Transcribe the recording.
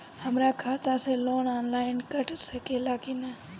हमरा खाता से लोन ऑनलाइन कट सकले कि न?